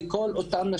שלום לכולם,